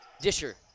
Disher